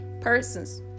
persons